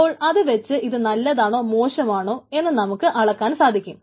അപ്പോൾ അത് വെച്ച് ഇത് നല്ലതാണോ മോശമാണോ എന്ന് നമുക്ക് അളക്കാൻ സാധിക്കും